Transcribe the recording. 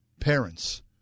Parents